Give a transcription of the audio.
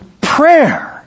prayer